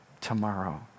Tomorrow